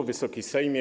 Wysoki Sejmie!